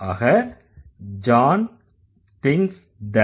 ஆக John thinks that